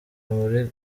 muri